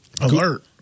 Alert